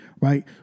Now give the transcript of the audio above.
right